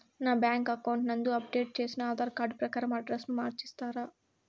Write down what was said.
నా bank account నందు update చేసిన ఆధార్ కార్డు ప్రకారం అడ్రస్ ను మార్చిస్తారా?